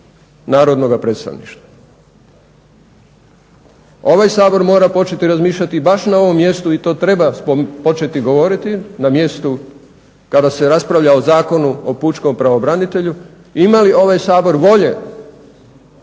narodnoga predstavništva. Ovaj Sabor mora početi razmišljati baš na ovom mjestu i to treba početi govoriti na mjestu kada se raspravlja o Zakonu o pučkom pravobranitelju ima li ovaj Sabor volje